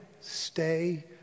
stay